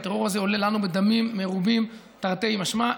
הטרור הזה עולה לנו בדמים מרובים, תרתי משמע.